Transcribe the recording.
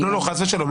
לא, חס ושלום.